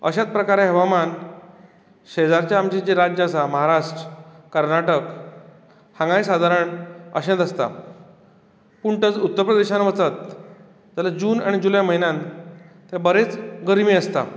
अशाच प्रकारे हवामान शेजारचे आमचे जे राज्य आसा महाराष्ट्र कर्नाटक हांगाय सादारण अशेंच आसता पूण तेंच उत्तर प्रदेशांत वचत जाल्यार जून आनी जुलय म्हयन्यांत थंय बरीच गर्मी आसता